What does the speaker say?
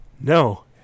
No